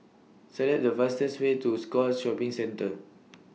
Select The fastest Way to Scotts Shopping Centre